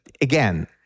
again